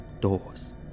doors